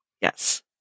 yes